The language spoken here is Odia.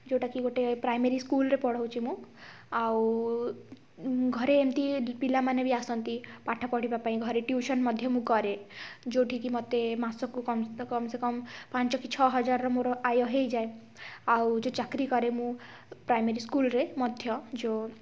ଯୋଉଟା କି ଗୋଟେ ପ୍ରାଈମେରୀ ସ୍କୁଲ୍ରେ ପଢ଼ଉଛି ମୁଁ ଆଉ ଘରେ ଏମିତି ପିଲାମାନେ ବି ଆସନ୍ତି ପାଠ ପଢ଼ିବା ପାଇଁ ଘରେ ଟ୍ୟୁସନ୍ ମଧ୍ୟ ମୁଁ କରେ ଯୋଉଠି କି ମୋତେ ମାସ କୁ କମ୍ ସେ କମ୍ ପାଞ୍ଚ କି ଛଅ ହଜାର ମୋର ଆୟ ହେଇଯାଏ ଆଉ ଯୋଉ ଚାକିରୀ କରେ ମୁଁ ପ୍ରାଈମେରୀ ସ୍କୁଲ୍ରେ ମଧ୍ୟ ଯୋଉ